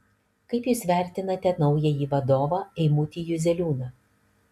kaip jūs vertinate naująjį vadovą eimutį juzeliūną